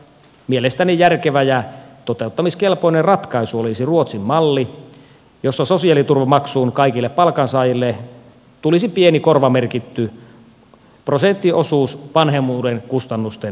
mielestäni järkevä ja toteuttamiskelpoinen ratkaisu olisi ruotsin malli jossa sosiaaliturvamaksuun kaikille palkansaajille tulisi pieni korvamerkitty prosenttiosuus vanhemmuuden kustannusten tasaamiseksi